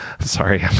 sorry